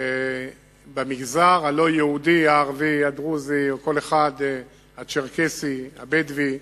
במגזר הלא-יהודי, הערבי, הדרוזי, הצ'רקסי, הבדואי,